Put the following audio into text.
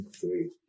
three